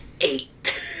Eight